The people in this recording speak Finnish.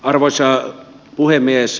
arvoisa puhemies